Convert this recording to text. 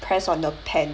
press on the pen